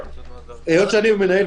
היות שאני המנהל,